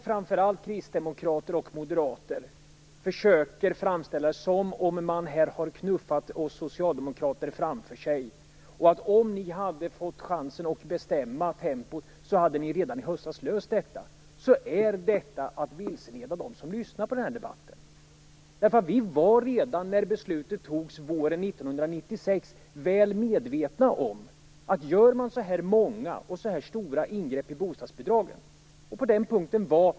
Framför allt kristdemokrater och moderater försöker framställa det som om de i denna fråga har knuffat oss socialdemokrater framför sig och som att de hade löst detta redan i höstas om de hade fått chansen att bestämma tempot. Men detta är att vilseleda dem som lyssnar på debatten. Redan när beslutet fattades våren 1996 var vi väl medvetna om att så många och stora ingrepp i bostadsbidragen skulle få svåra konsekvenser.